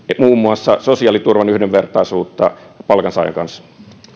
muun muassa sosiaaliturvan yhdenvertaisuutta palkansaajan kanssa